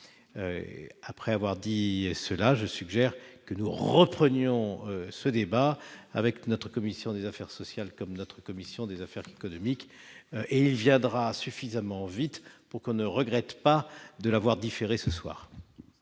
Après avoir dit cela, je suggère que nous reprenions ce débat avec la commission des affaires sociales et avec la commission des affaires économiques. Il viendra suffisamment vite pour que l'on ne regrette pas de l'avoir différé ce soir.